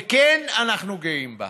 וכן, אנחנו גאים בה,